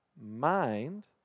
mind